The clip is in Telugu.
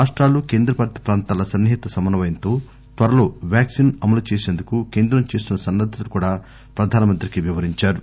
రాష్టాలు కేంద్రపాలిత ప్రాంతాల సన్ని హిత సమన్వయంతో త్వరలో వ్యాక్సిన్ అమలుచేసిందుకు కేంద్రం చేస్తున్న సన్నద్దతను కూడా ప్రధాన మంత్రికి వివరించారు